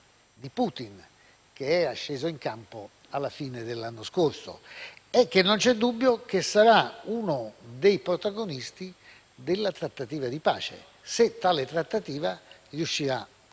di Putin, che è sceso in campo alla fine dell'anno scorso e che - non c'è dubbio - sarà uno dei protagonisti della trattativa di pace, se riuscirà a